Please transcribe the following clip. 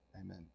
Amen